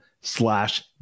slash